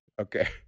Okay